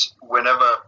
Whenever